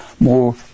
more